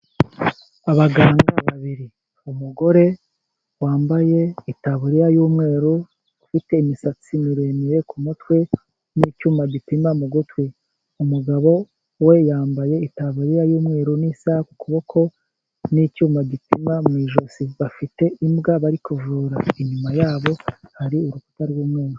Abaganga babiri umugore wambaye itaburiya y'umweru, ufite imisatsi miremire ku mutwe, n'icyuma gipima mu gutwi . Umugabo we yambaye itaburiya y'umweru n'isaha ku kuboko n'icyuma gipima mu ijosi. Bafite imbwa bari kuvura. Inyuma yabo hari urukuta rw'umweru.